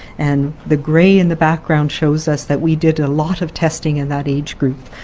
and the grey in the background shows us that we did a lot of testing in that age group,